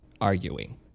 arguing